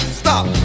stop